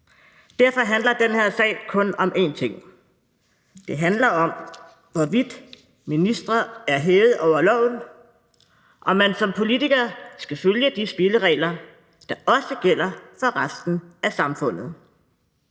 Derfor handler den her sag kun om en ting: Den handler om, hvorvidt ministre er hævet over loven, og at man som politiker skal følge de spilleregler, der også gælder for resten af samfundet.